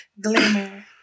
Glimmer